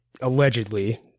allegedly